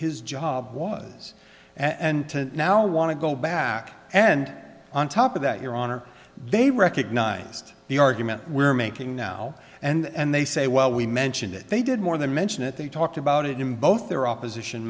his job was and now want to go back and on top of that your honor they recognized the argument we're making now and they say well we mentioned it they did more than mention it they talked about it in both their opposition